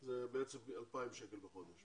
זה בעצם 2,000 שקל בחודש.